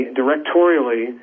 directorially